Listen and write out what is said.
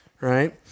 right